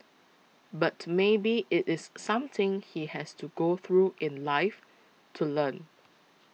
but maybe it is something he has to go through in life to learn